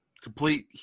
complete